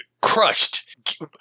crushed